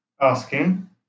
asking